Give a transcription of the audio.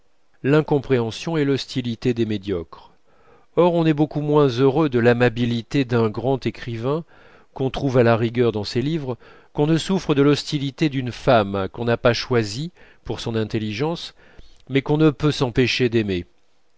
corollaire l'incompréhension et l'hostilité des médiocres or on est beaucoup moins heureux de l'amabilité d'un grand écrivain qu'on trouve à la rigueur dans ses livres qu'on ne souffre de l'hostilité d'une femme qu'on n'a pas choisie pour son intelligence mais qu'on ne peut s'empêcher d'aimer